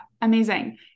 Amazing